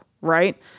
right